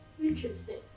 interesting